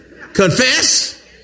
confess